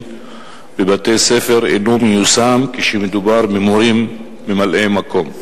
בבתי-ספר אינו מיושם כשמדובר במורים ממלאי-מקום,